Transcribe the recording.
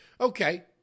Okay